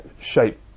shape